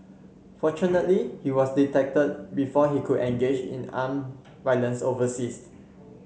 fortunately he was detected before he could engage in armed violence overseas